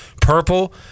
purple